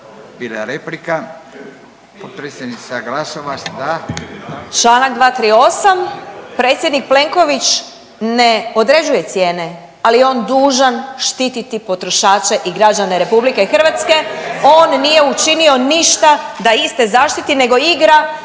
bila je replika. Potpredsjednica Glasovac da.